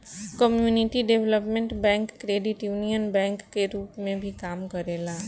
community development bank credit union bank के रूप में भी काम करेला